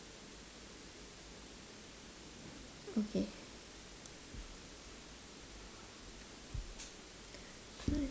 okay